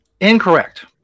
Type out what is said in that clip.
incorrect